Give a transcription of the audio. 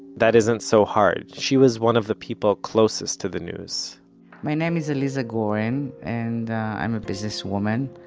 that isn't so hard she was one of the people closest to the news my name is aliza goren, and i am a businesswoman.